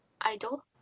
idol